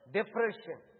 depression